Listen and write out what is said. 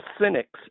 cynics